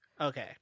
Okay